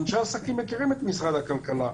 אנשי עסקים מכירים את משרד הכלכלה,